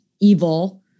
evil